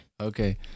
Okay